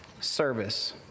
service